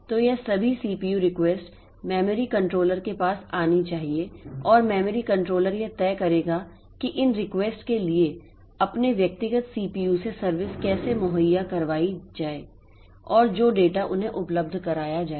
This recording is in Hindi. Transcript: तो ये सभी सीपीयू रिक्वेस्ट मेमोरी कंट्रोलर के पास आनी चाहिए और मेमोरी कंट्रोलर यह तय करेगा कि इन रिक्वेस्ट के लिए अपने व्यक्तिगत सीपीयू से सर्विस कैसे मुहैया कराई जाए और जो डेटा उन्हें उपलब्ध कराया जाए